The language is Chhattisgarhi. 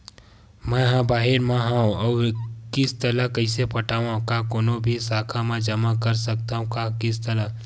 मैं हा बाहिर मा हाव आऊ किस्त ला कइसे पटावव, का कोनो भी शाखा मा जमा कर सकथव का किस्त ला?